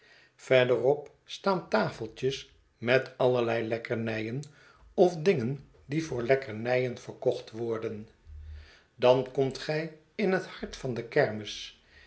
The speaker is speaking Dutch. verderop staan tafeltjes met allerlei lekkernijen ofdingen die voor lekkernijen verkocht worden dan komt gij in het hart van de kermis